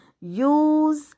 use